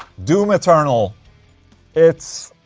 doom eternal it's.